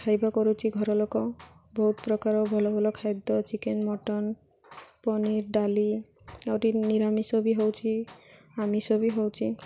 ଖାଇବା କରୁଛୁ ଘରଲୋକ ବହୁତ ପ୍ରକାର ଭଲ ଭଲ ଖାଦ୍ୟ ଚିକେନ୍ ମଟନ୍ ପନିର୍ ଡାଲି ଆହୁରି ନିରାମିଷ ବି ହେଉଛି ଆମିଷ ବି ହେଉଛି